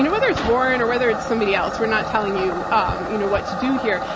and whether it's warren or whether it's somebody else, we're not telling you um you know what to do here,